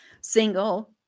single